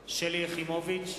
שלי יחימוביץ,